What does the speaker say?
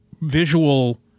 visual